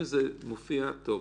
אם זה מופיע טוב,